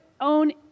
own